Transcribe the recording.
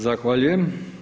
Zahvaljujem.